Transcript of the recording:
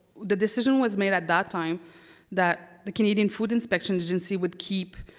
the decision was made at that time that the canadian food inspection agency would keep